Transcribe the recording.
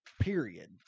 Period